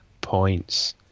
points